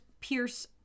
Pierce